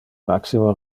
maximo